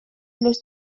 los